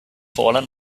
fallen